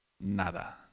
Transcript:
nada